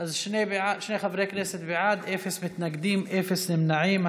שני חברי כנסת בעד, אין מתנגדים, אין נמנעים.